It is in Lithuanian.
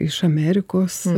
iš amerikos